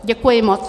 Děkuji moc.